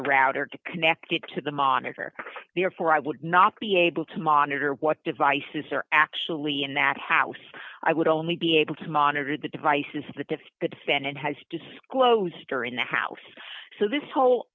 a router to connect it to the monitor there for i would not be able to monitor what devices are actually in that house i would only be able to monitor the devices that if good fan and has disclosed are in the house so this whole